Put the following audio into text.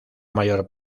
mayor